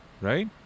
right